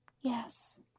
Yes